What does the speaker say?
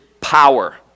power